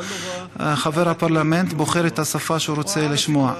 וחבר הפרלמנט בוחר את השפה שהוא רוצה לשמוע.